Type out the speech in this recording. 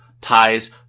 ties